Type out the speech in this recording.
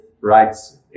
rights